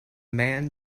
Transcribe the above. man